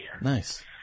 Nice